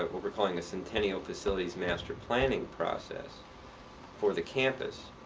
but what we're calling, a centennial facilities master planning process for the campus